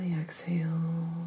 exhale